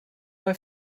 bei